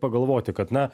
pagalvoti kad na